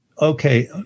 okay